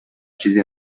چیزی